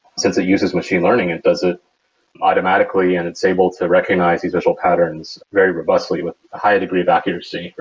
since it uses machine learning and does it automatically and it's able to recognize these visual patterns very robustly with a high degree of accuracy.